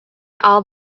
all